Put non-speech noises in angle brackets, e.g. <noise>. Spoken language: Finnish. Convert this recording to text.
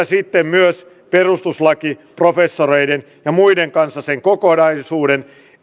<unintelligible> sitten myös perustuslakiprofessoreiden ja muiden kanssa sen kokonaisuuden